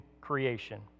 creation